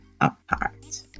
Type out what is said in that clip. apart